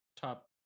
top